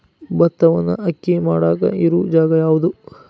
ಭತ್ತವನ್ನು ಅಕ್ಕಿ ಮಾಡಾಕ ಇರು ಜಾಗ ಯಾವುದು?